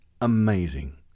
amazing